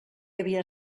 havia